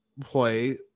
play